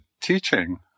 teaching